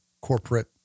corporate